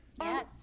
Yes